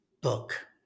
book